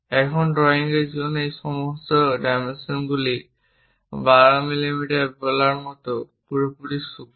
এখন ড্রয়িং এর জন্য এই সমস্ত ডাইমেনশনগুলি 12 মিমি বলার মতো পুরোপুরি সূক্ষ্ম